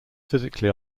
physically